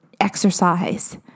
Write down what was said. exercise